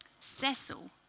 Cecil